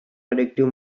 addictive